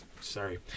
Sorry